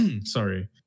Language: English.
Sorry